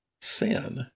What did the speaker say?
sin